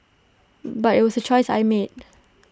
but IT was A choice I made